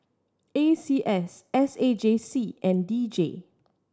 A C S S A J C and D J